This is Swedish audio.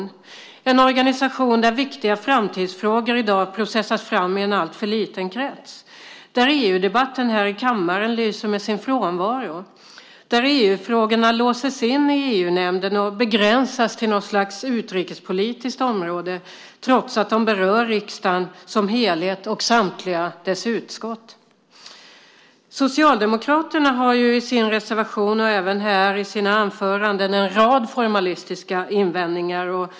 Det är en organisation där viktiga framtidsfrågor i dag processas fram i en alltför liten krets, där EU-debatten här i kammaren lyser med sin frånvaro och där EU-frågorna låses in i EU-nämnden och begränsas till något slags utrikespolitiskt område trots att de berör riksdagen som helhet och samtliga dess utskott. Socialdemokraterna har i sin reservation, och även här i sina anföranden, en rad formalistiska invändningar.